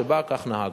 שכך נהגנו.